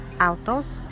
Autos